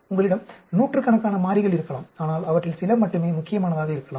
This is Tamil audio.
உங்களிடம் நூற்றுக்கணக்கான மாறிகள் இருக்கலாம் ஆனால் அவற்றில் சில மட்டுமே முக்கியமானதாக இருக்கலாம்